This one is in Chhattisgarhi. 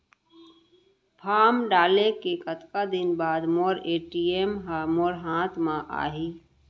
फॉर्म डाले के कतका दिन बाद मोर ए.टी.एम ह मोर हाथ म आही?